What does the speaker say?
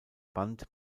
band